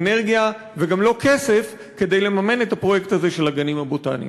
אנרגיה וגם לא כסף כדי לממן את הפרויקט הזה של הגנים הבוטניים.